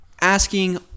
asking